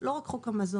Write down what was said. לא רק חוק המזון.